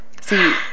See